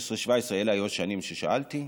2016, 2017, אלה היו השנים ששאלתי עליהן,